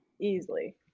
easily